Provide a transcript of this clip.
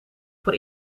voor